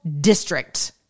district